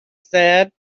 said